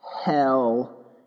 hell